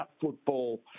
football